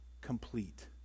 complete